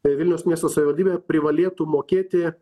vilniaus miesto savivaldybė privalėtų mokėti